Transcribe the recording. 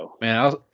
Man